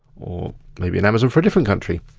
or maybe an amazon for a different country.